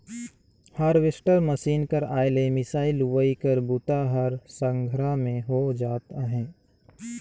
harvester machine कर आए ले मिंसई, लुवई कर बूता ह संघरा में हो जात अहे